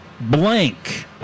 blank